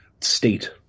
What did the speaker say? state